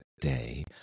day